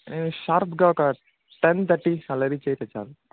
షార్ప్గా ఒక ten thirty అలా రీచ్ అయితే చాలు